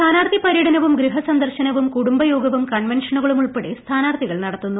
സ്ഥാനാർത്ഥി പര്യടനവും ഗൃഹ സന്ദർശനവും കുടുംബയോഗവും കൺവെൻഷനുകളും ഉൾപ്പെടെ സ്ഥാനാർത്ഥികൾ നടത്തുന്നു